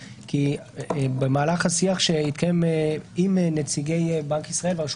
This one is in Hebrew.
במהלך השיח שהתקיים עם נציגי בנק ישראל ורשות